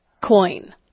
coin